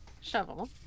shovel